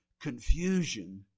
confusion